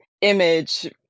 image